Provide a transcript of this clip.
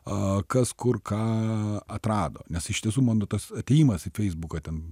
a kas kur ką atrado nes iš tiesų mano tas atėjimas į feisbuką ten